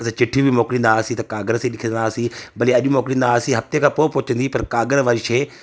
असां चिठियूं बि मोकिलींदा हुआसीं त काॻर ते ई लिखंदा हुआसीं भली अॼु मोकिलींदा हुआसीं हफ्ते खां पोइ पहुचंदी ही पर काॻर वारी शइ